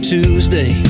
Tuesday